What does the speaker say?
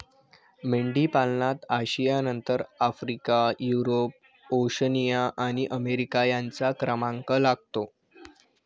मेंढीपालनात आशियानंतर Africa, Europe, Oceania आणि अमेरिका यांचा क्रमांक लागतो